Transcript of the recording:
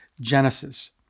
Genesis